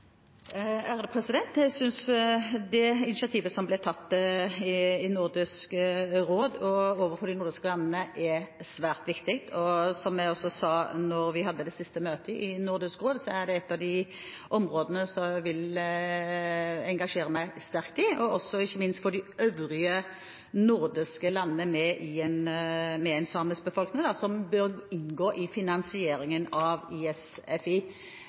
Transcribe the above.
Jeg synes det initiativet som ble tatt i Nordisk råd overfor de nordiske landene, er svært viktig. Som jeg også sa da vi hadde det siste møtet i Nordisk råd, er det et av de områdene som jeg vil engasjere meg sterkt i, ikke minst for å få med de øvrige nordiske landene med en samisk befolkning som bør inngå i finansieringen av ISFI.